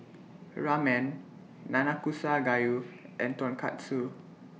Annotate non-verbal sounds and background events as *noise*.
Ramen Nanakusa Gayu *noise* and Tonkatsu